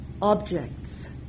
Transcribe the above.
Objects